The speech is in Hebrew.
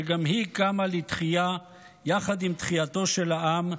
שגם היא קמה לתחייה יחד עם תחייתו של העם,